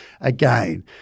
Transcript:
again